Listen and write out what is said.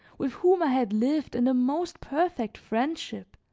with whom i had lived in the most perfect friendship,